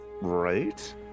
right